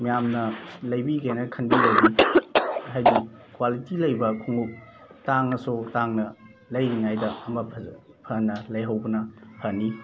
ꯃꯌꯥꯝꯅ ꯂꯩꯕꯤꯒꯦ ꯍꯥꯏꯅ ꯈꯟꯕꯤꯔꯗꯤ ꯍꯥꯏꯗꯤ ꯀ꯭ꯋꯥꯂꯤꯇꯤ ꯂꯩꯕ ꯈꯣꯡꯎꯞ ꯇꯥꯡꯉꯁꯨ ꯇꯥꯡꯅ ꯂꯩꯔꯤꯉꯩꯗ ꯑꯃ ꯐꯅ ꯂꯩꯍꯧꯕꯅ ꯐꯅꯤ